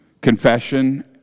confession